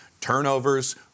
turnovers